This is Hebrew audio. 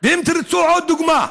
ואם תרצו עוד דוגמה,